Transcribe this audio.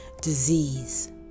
disease